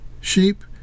sheep